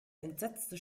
entsetzte